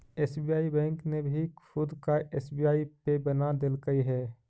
SBI bank ने भी खुद का एस.बी.आई पे बना देलकइ हे